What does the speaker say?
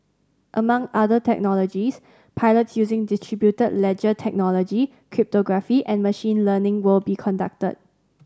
among other technologies pilots using distributed ledger technology cryptography and machine learning will be conducted